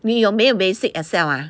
你有没有 basic Excel ah